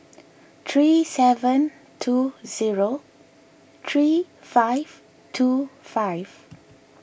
three seven two zero three five two five